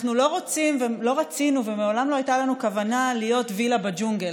אנחנו לא רצינו ומעולם לא הייתה לנו כוונה להיות וילה בג'ונגל,